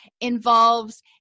involves